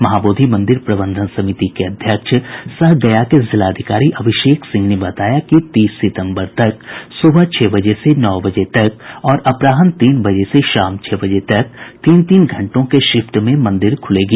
महाबोधि मंदिर प्रबंधन समिति के अध्यक्ष सह गया के जिलाधिकारी अभिषेक सिंह ने बताया कि तीस सितम्बर तक सुबह छह बजे से नौ बजे तक और अपराहन तीन बजे से शाम छह बजे तक तीन तीन घंटों के शिफ्ट में मंदिर खुलेगी